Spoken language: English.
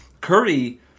Curry